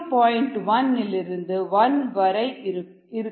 1 இலிருந்து 1 வரை இருக்கும்